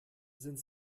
sind